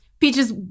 Peaches